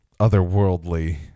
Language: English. otherworldly